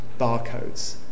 barcodes